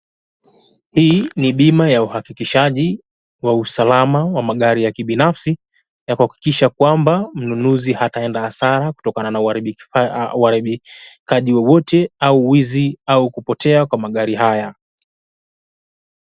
Hii ni bima ya uhakikishaji wa usalama wa magari ya kibinafsi, ya kuhakikisha kwamba mnunuzi hataenda hasara kutokana na uharibikaji wowote au wizi au kupotea kwa magari haya.